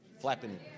flapping